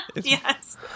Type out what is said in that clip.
yes